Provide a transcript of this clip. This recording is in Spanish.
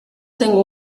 tengo